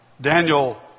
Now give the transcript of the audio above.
Daniel